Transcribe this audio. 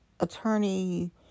Attorney